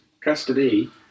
Custody